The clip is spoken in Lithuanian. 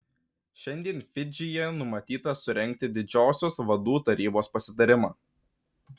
šiandien fidžyje numatyta surengti didžiosios vadų tarybos pasitarimą